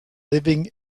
living